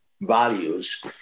values